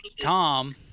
tom